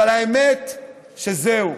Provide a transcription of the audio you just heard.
אבל האמת היא שזהו.